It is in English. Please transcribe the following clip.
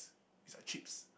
it's like chips